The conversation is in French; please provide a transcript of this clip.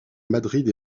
madrid